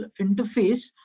interface